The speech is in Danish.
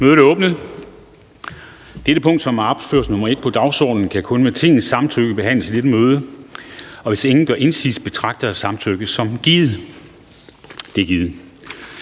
Kristensen): Det punkt, som er opført som nr. 1 på dagsordenen, kan kun med Tingets samtykke behandles i dette møde. Hvis ingen gør indsigelse, betragter jeg samtykke som givet. Det er givet.